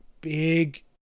Big